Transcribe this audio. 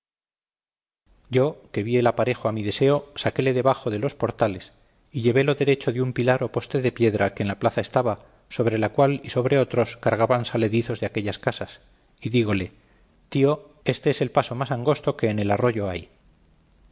yo que vi el aparejo a mi deseo saquéle debajo de los portales y llevélo derecho de un pilar o poste de piedra que en la plaza estaba sobre la cual y sobre otros cargaban saledizos de aquellas casas y dígole tio éste es el paso más angosto que en el arroyo hay